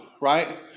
right